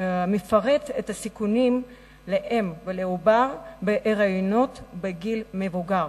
מפרט את הסיכונים לאם ולעובר בהריונות בגיל מבוגר.